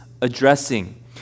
addressing